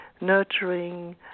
nurturing